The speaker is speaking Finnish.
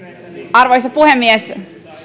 arvoisa puhemies